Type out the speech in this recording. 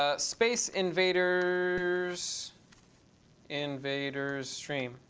ah space invaders invaders stream,